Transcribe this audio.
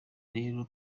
rero